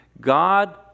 God